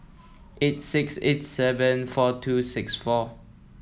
eight six eight seven four two six four